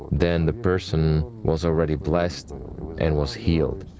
then the person was already blessed and was healed,